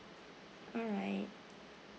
alright